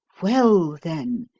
well, then,